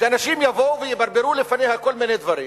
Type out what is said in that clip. שאנשים יבואו ויברברו לפניה כל מיני דברים